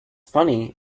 funny